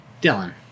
Dylan